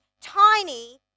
tiny